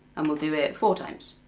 and we'll do it four times.